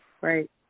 right